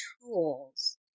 tools